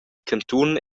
cantun